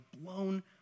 blown